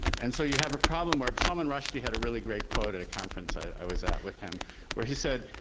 and so you have a problem where salman rushdie had a really great quote at a conference i was at with him where he said,